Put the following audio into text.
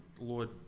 Lord